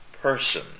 person